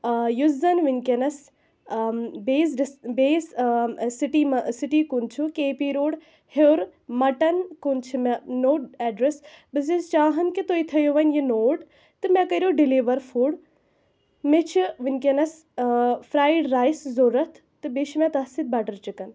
آ یُس زَن وُنکٮ۪نَس بیٚیِس ڈِس بیٚیِس سِٹی ما سِٹی کُن چھُ کے پی روڈ ہیٚور مَٹَن کُن چھِ مےٚ نوٚو ایڈرَس بہٕ چھَس چاہان کہِ تُہۍ تھٲوِو وۅنۍ یہِ نوٹ تہٕ مےٚ کٔرِو ڈِلیوَر فُڈ مےٚ چھِ وُنکٮ۪نَس فرٛایِڈ رایِس ضروٗرت تہٕ بیٚیہِ چھُ مےٚ تَتھ سۭتۍ بَٹَر چِکَن